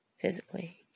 physically